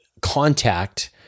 contact